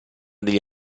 degli